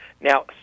Now